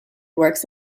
works